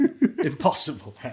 impossible